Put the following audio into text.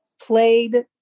played